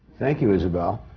thank you, isabelle.